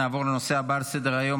נעבור לנושא הבא על סדר-היום,